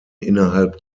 innerhalb